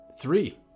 Three